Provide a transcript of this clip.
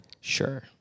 Sure